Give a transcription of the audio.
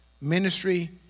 ministry